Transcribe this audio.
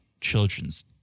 children's